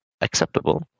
acceptable